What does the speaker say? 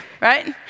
right